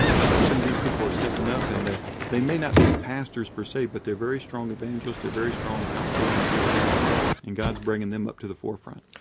i think some of these people are stepping up and they may not be pastors per se but they're very strong evangelists, they're very strong outspoken christians and god's bringing them up to the forefront.